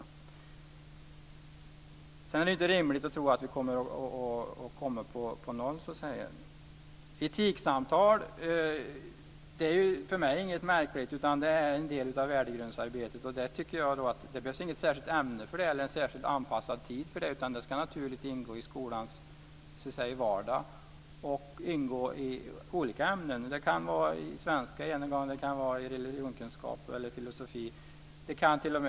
Sedan är det inte rimligt att tro att antalet blir noll. Etiksamtal är för mig inget märkligt, utan de är en del av värdegrundsarbetet. Jag tycker inte att det behövs något särskilt ämne eller särskilt anpassad tid för dem, utan de ska naturligt ingå i skolans vardag i olika ämnen. Det kan vara svenska, religionskunskap eller filosofi.